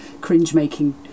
cringe-making